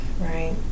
right